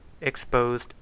exposed